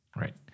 Right